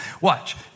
Watch